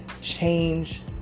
change